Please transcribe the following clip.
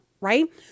right